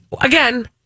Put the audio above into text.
Again